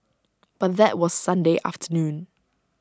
but that was Sunday afternoon